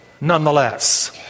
nonetheless